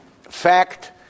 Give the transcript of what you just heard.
fact